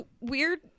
weird